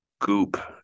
goop